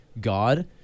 God